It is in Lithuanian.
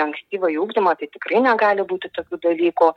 ankstyvąjį ugdymą tai tikrai negali būti tokių dalykų